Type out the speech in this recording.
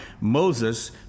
Moses